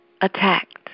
attacked